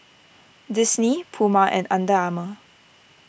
Disney Puma and Under Armour